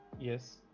Yes